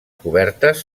cobertes